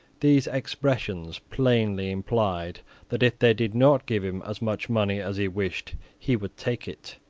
these expressions plainly implied that, if they did not give him as much money as he wished, he would take it.